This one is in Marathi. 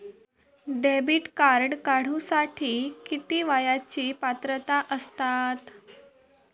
डेबिट कार्ड काढूसाठी किती वयाची पात्रता असतात?